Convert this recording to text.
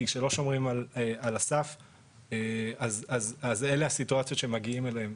כי כשלא שומרים על הסף אז אלה הסיטואציות שמגיעים אליהם.